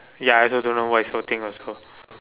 ya I also don't know what you so think also